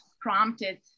prompted